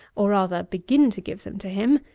or rather begin to give them to him,